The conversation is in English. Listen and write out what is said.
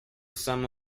some